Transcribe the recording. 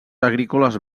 agrícoles